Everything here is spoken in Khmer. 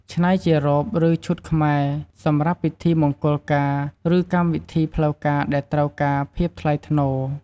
ច្នៃជារ៉ូប ឬឈុតខ្មែរ សម្រាប់ពិធីមង្គលការ ឬកម្មវិធីផ្លូវការដែលត្រូវការភាពថ្លៃថ្នូរ។